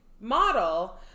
model